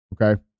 okay